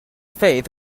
faith